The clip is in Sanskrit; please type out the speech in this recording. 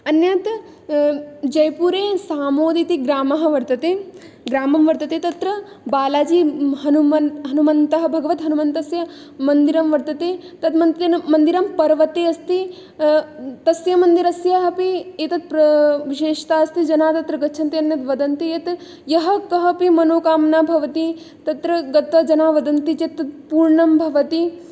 अन्यत् जयपुरे सामोद् इति ग्रामः वर्तते ग्रामं वर्तते तत्र बालाजी हनुम् हनुमन्तः भगवत् हनुमन्तस्य मन्दिरं वर्तते तद् मन्तिर् मन्दिरं पर्वते अस्ति तस्य मन्दिरस्य अपि एतद् प्र विशेषता अस्ति जनाः तत्र गच्छन्ति अन्यत् वदन्ति यत् यः कः अपि मनोकामना भवति तत्र गत्वा जनाः वदन्ति चेत् तत् पूर्णं भवति